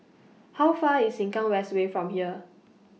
How Far IS Sengkang West Way from here